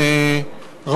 תודה לך,